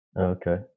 Okay